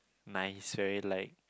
nice very like